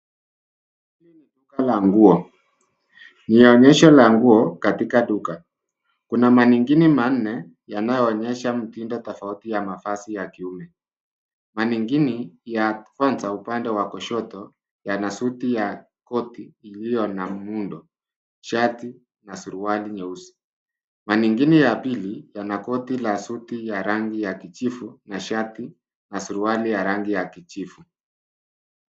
Hili ni duka la nguo. Ni onyesho la nguo, katika duka. Kuna manekini manne, yanayoonyesha mtindo tofauti ya mavazi ya kiume. Manekini, ya kwanza upande wa kushoto, yana suti ya koti, iliyo na muundo, shati, na suruali nyeusi. Manekini ya pili, yana koti la suti ya rangi ya kijivu, na shati, na suruali ya rangi ya kijivu.